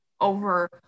over